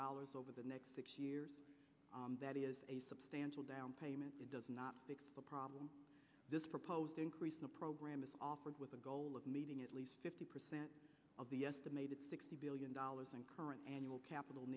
dollars over the next six years that is a substantial down payment that does not fix the problem this proposed increase in the program is offered with a goal of meeting at least fifty percent of the estimated sixty billion dollars in current annual capital